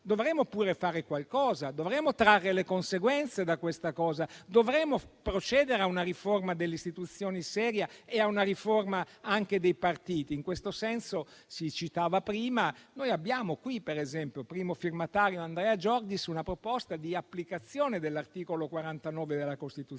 dovremmo pure fare qualcosa; dovremmo trarre le conseguenze da questa cosa; dovremmo procedere a una riforma delle istituzioni seria e a una riforma anche dei partiti. In questo senso si citava prima: noi abbiamo qui, per esempio, una proposta di applicazione dell'articolo 49 della Costituzione